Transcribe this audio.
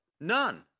None